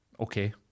Okay